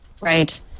Right